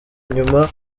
inyuma